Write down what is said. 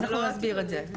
נסביר את זה.